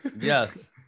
Yes